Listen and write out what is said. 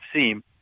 seem